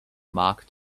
mark